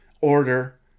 order